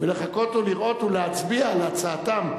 ולחכות ולראות ולהצביע על הצעתם,